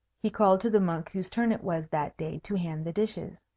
he called to the monk whose turn it was that day to hand the dishes,